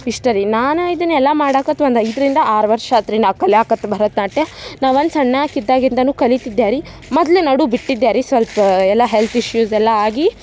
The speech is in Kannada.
ಇಷ್ಟೇ ರೀ ನಾನು ಇದನ್ನೆಲ್ಲ ಮಾಡಕತ್ತಿ ಒಂದು ಐದರಿಂದ ಆರು ವರ್ಷ ಆಯ್ತ್ರಿ ನಾ ಕಲ್ಯಾಕತ್ತಿ ಭರತನಾಟ್ಯ ನಾ ಒಂದು ಸಣ್ಣಾಕಿದ್ದಾಗಿಂದಲೂ ಕಲಿತಿದ್ದ ರೀ ಮೊದ್ಲು ನಡು ಬಿಟ್ಟಿದ್ದ ರೀ ಸ್ವಲ್ಪ ಎಲ್ಲ ಹೆಲ್ತ್ ಇಶ್ಯೂಸ್ ಎಲ್ಲ ಆಗಿ